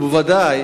ובוודאי